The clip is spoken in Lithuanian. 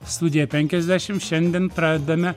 studija penkiasdešim šiandien pradedame